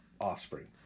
offspring